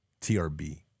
TRB